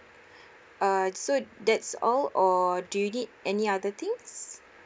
uh so that's all or do you need any other things